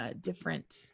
different